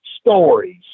stories